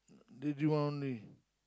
lady one only